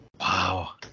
Wow